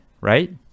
right